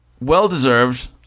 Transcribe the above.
Well-deserved